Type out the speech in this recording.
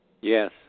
Yes